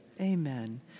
Amen